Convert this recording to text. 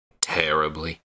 terribly